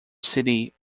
city